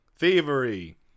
Thievery